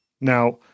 now